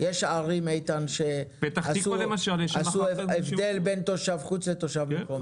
יש ערים שעשו הבדל בין תושב חוץ לתושב מקומי.